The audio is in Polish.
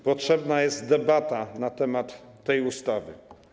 Potrzebna jest debata na temat tej ustawy.